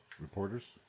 Reporters